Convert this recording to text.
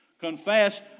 Confess